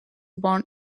born